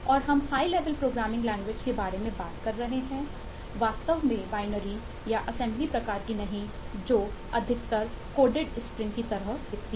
अब programming language की तरह दिखती है